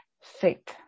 faith